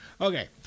Okay